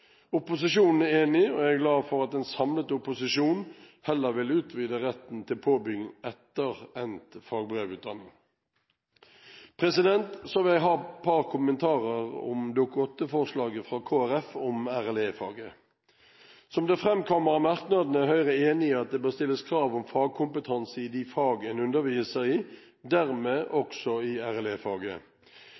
Opposisjonen er enig, og jeg er glad for at en samlet opposisjon heller vil utvide retten til påbygging etter endt fagbrevutdanning. Så vil jeg ha et par kommentarer om Dokument nr. 8-forslaget fra Kristelig Folkeparti om RLE-faget. Som det framkommer av merknadene, er Høyre enig i at det bør stilles krav om fagkompetanse i de fag en underviser i, dermed også i